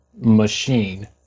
machine